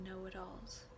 know-it-alls